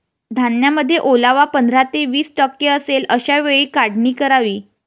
धान्यामध्ये ओलावा पंधरा ते वीस टक्के असेल अशा वेळी काढणी करावी